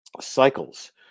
cycles